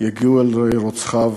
יגיעו אל רוצחיו.